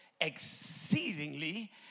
exceedingly